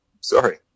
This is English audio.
Sorry